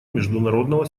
международного